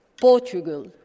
Portugal